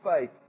faith